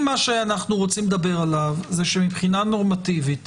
אם מה שאנחנו רוצים לדבר עליו שמבחינה נורמטיבית